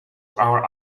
our